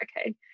okay